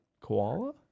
koala